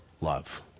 love